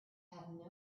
have